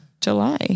July